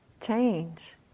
change